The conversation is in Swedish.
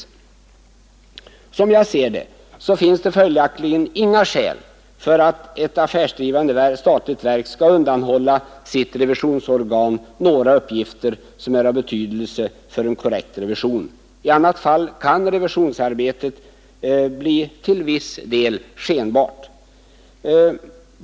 Enligt min uppfattning finns det följaktligen inga skäl för att ett affärsdrivande statligt verk skall undanhålla sitt revisionsorgan några uppgifter som är av betydelse för en korrekt revision. I annat fall kan revisionsarbetet bli till viss del skenbart.